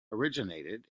originated